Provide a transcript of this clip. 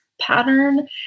pattern